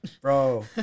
Bro